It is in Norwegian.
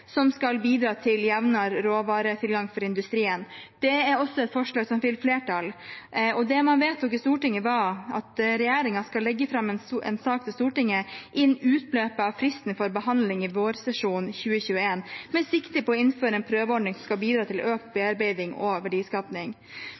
som skal bidra til jevnere råvaretilgang for industrien. Det er også et forslag som fikk flertall, og det man vedtok i Stortinget, var at regjeringen skal legge fram en sak for Stortinget innen utløpet av fristen for behandling i vårsesjonen 2021, med sikte på å innføre en prøveordning som skal bidra til økt